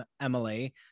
Emily